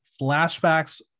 flashbacks